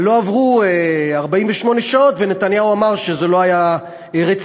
אבל לא עברו 48 שעות ונתניהו אמר שזה לא היה רציני,